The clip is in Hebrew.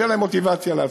שתהיה להם מוטיבציה לעשות.